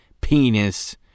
penis